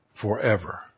forever